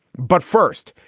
but first,